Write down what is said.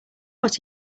what